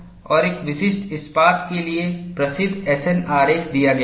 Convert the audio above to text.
और एक विशिष्ट इस्पात के लिए प्रसिद्ध S N आरेख दिया गया है